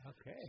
Okay